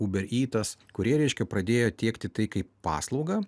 uber ytas kurie reiškia pradėjo tiekti tai kaip paslaugą